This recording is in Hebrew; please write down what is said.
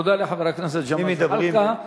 תודה לחבר הכנסת ג'מאל זחאלקה.